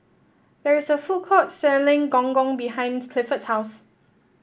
there is a food court selling Gong Gong behind Clifford's house